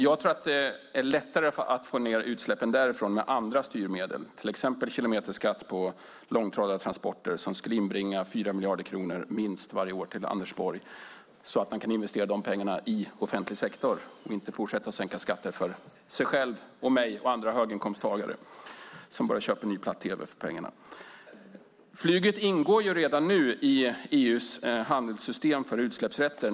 Jag tror att det är lättare att få ned utsläppen därifrån med andra styrmedel, till exempel med kilometerskatt på långtradartransporter. Det skulle inbringa minst 4 miljarder kronor varje år till Anders Borg så att han kunde investera de pengarna i offentlig sektor och inte fortsätta sänka skatter för sig själv, mig och andra höginkomsttagare som bara skulle köpa en ny platt-tv för pengarna. Flyget ingår redan nu i EU:s handelssystem för utsläppsrätter.